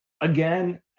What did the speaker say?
again